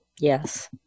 Yes